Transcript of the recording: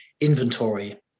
inventory